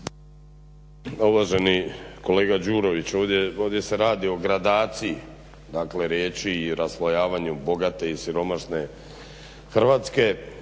Uvaženi kolega Đurović ovdje se radi o gradaciji dakle riječi i raslojavanju bogate i siromašne Hrvatske.